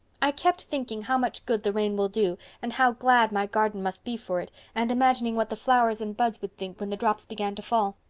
i kept thinking how much good the rain will do and how glad my garden must be for it, and imagining what the flowers and buds would think when the drops began to fall.